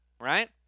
right